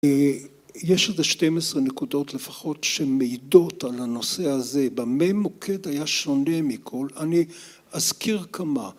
יש איזה שתים עשרה נקודות לפחות שמעידות על הנושא הזה במה מוקד היה שונה מכל. אני אזכיר כמה